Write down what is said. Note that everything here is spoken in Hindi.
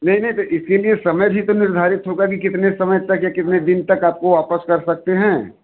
नहीं नहीं तो इसके लिए समय भी तो निर्धारित होगा कि कितने समय तक या कितने दिन तक आपको वापस कर सकते हैं